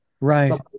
Right